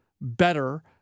better